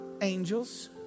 angels